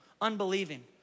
unbelieving